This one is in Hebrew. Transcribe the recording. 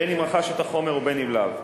בין שרכש את החומר ובין שלאו,